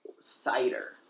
Cider